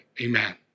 amen